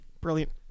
brilliant